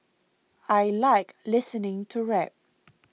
I like listening to rap